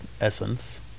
essence